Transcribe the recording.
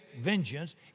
vengeance